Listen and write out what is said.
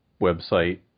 website